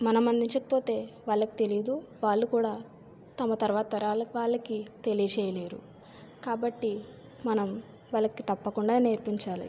మనం అందించకపోతే వాళ్ళకి తెలియదు వాళ్ళు కూడా తమ తరువాత తరాల వాళ్ళకి తెలియజేయలేరు కాబట్టి మనం వాళ్ళకి తప్పకుండా నేర్పించాలి